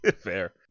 fair